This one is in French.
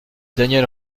daniel